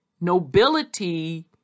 nobility